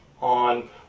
on